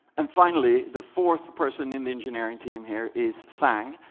and finally, the fourth person in the engineering team here is sang.